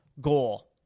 goal